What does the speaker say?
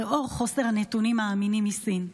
דווקא לנוכח חוסר הנתונים האמינים מסין.